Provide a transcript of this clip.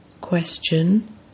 Question